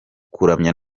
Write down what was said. kuramya